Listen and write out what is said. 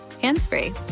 hands-free